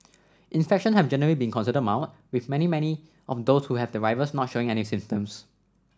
infection have generally been considered mild with many many of those who have the virus not showing any symptoms